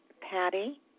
Patty